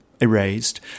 erased